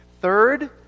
Third